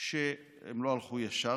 הם לא הלכו ישר,